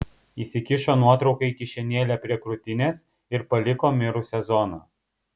įsikišo nuotrauką į kišenėlę prie krūtinės ir paliko mirusią zoną